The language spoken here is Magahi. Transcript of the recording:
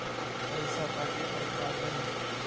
पैसा काटे पर का करि?